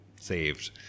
saved